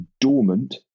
dormant